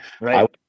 right